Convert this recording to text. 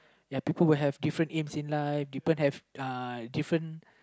ya people will have different aims in life people will have uh different